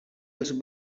els